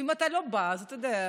ואם אתה לא בא, אתה יודע,